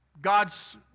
God's